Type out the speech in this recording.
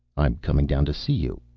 i'm coming down to see you.